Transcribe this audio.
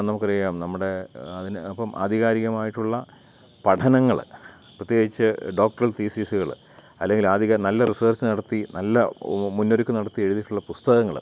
നമുക്കറിയാം നമ്മുടെ അതിന് അപ്പം ആധികാരികമായിട്ടുള്ള പഠനങ്ങൾ പ്രത്യേകിച്ച് ഡോക്ടറൽ തീസിസുകൾ അല്ലെങ്കിൽ ആധിക നല്ല റിസേർച്ച് നടത്തി നല്ല ഓ മുന്നൊരുക്കം നടത്തി എഴുതിയിട്ടുള്ള പുസ്തകങ്ങൾ